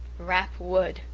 rap wood,